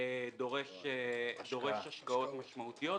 דורש השקעות משמעותיות,